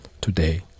Today